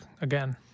again